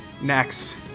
Next